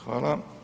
Hvala.